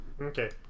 Okay